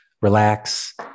relax